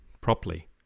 properly